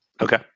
Okay